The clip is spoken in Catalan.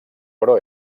però